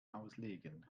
auslegen